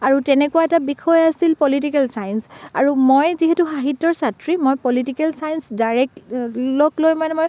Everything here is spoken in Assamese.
আৰু তেনেকুৱা এটা বিষয় আছিল পলিটিকেল চাইঞ্চ আৰু মই যিহেতু সাহিত্যৰ ছাত্ৰী মই পলিটিকেল চাইঞ্চ দাইৰেক্ট লগ লৈ মানে মই